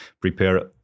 prepare